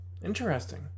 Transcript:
Interesting